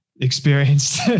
experienced